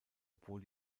obwohl